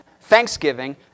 thanksgiving